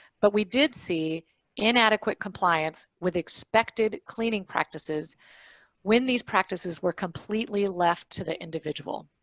but we did see inadequate compliance with expected cleaning practices when these practices were completely left to the individual.